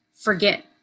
forget